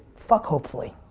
fuck hopefully.